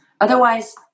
Otherwise